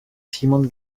simone